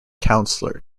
councillor